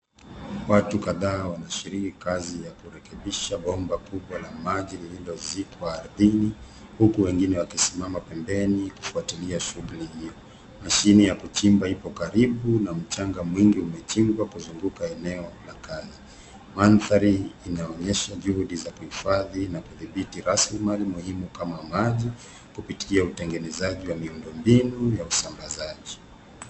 Watu kadhaa wanashiriki kazi ya kurekebisha bomba kubwa la maji lililozikwa ardhini huku wengine wakisimama pembeni kufuatilia shughuli hii. Mashini ya kuchimba ipo karibu na mchanga mwingi umechimbwa kuzunguka eneo la kazi. Mandhari inaonyesha juhudi za kuhifadhi na kudhibiti rasilimali muhimu kama maji kupitia utengenezaji wa miundombinu ya usamabazaji.